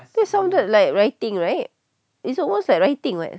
that sounded like writing right it's almost like writing [what]